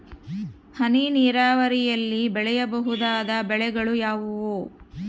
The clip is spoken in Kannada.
ಹನಿ ನೇರಾವರಿಯಲ್ಲಿ ಬೆಳೆಯಬಹುದಾದ ಬೆಳೆಗಳು ಯಾವುವು?